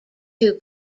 two